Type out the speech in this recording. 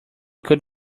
could